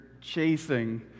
chasing